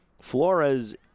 Flores